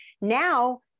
now